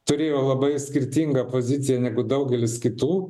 turėjo labai skirtingą poziciją negu daugelis kitų